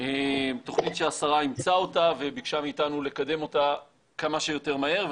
תוכנית שהשרה אימצה אותה וביקשה מאיתנו לקדם אותה כמה שיותר מהר.